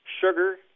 sugar